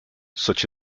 such